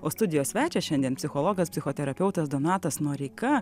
o studijos svečias šiandien psichologas psichoterapeutas donatas noreika